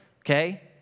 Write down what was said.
okay